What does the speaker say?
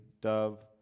dove